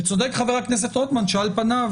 חבר הכנסת רוטמן צודק שעל-פניו